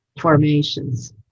formations